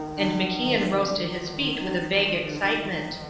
and macian rose to his feet with a vague excitement.